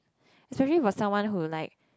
especially for someone who like